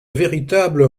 véritable